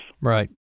Right